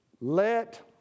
Let